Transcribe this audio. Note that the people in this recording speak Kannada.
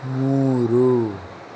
ಮೂರು